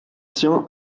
tien